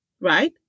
right